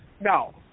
no